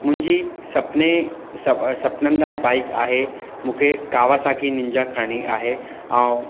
मुंहिंजी सपने सपननदार बाइक आहे मूंखे कावासाकी निंजा खणणी आहे ऐं